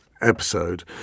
episode